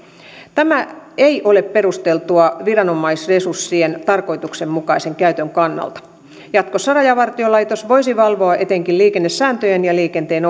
tämä ei ole perusteltua viranomaisresurssien tarkoituksenmukaisen käytön kannalta jatkossa rajavartiolaitos voisi valvoa etenkin liikennesääntöjen ja liikenteen